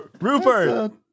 Rupert